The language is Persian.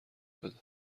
بده